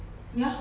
ya